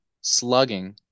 slugging